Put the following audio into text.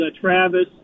Travis